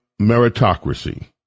meritocracy